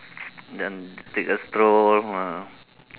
then take a stroll ah